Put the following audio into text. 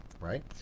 right